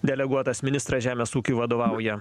deleguotas ministras žemės ūkiui vadovauja